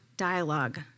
Dialogue